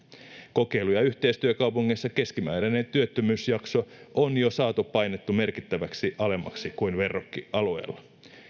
kokeilu ja yhteistyökaupungeissa keskimääräinen työttömyysjakso on jo saatu painettua merkittävästi alemmaksi kuin verrokkialueilla